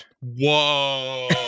Whoa